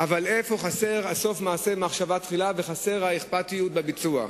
אבל חסר סוף מעשה במחשבה תחילה וחסרה האכפתיות בביצוע.